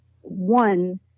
one